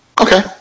Okay